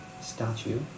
statue